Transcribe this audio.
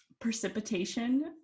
precipitation